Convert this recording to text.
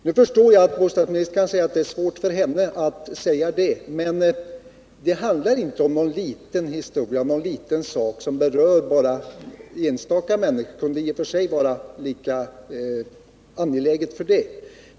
Nu förstår jag att det kan vara svårt för bostadsministern att svara på den frågan, men det handlar inte om någon liten sak som berör bara några enstaka människor — även om det naturligtvis i och för sig kunde vara lika angeläget för det.